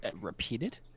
Repeated